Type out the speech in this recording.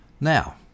now